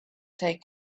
take